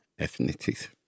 ethnicities